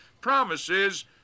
promises